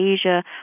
.asia